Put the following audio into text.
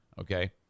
okay